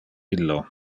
illo